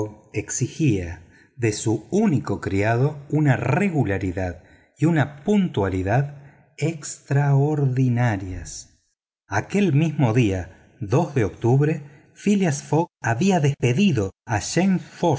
exigía de su único criado una regularidad y una puntualidad extraordinarias aquel mismo día de octubre phileas fogg había despedido a